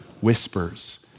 whispers